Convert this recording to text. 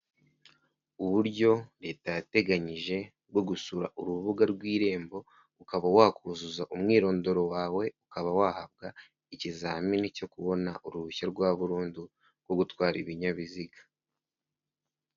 Uburyo leta yateganyije bwo gusura urubuga rw'irembo, ukaba wakuzuza umwirondoro wawe, ukaba wahabwa ikizamini cyo kubona uruhushya rwa burundu rwo gutwara ibinyabiziga.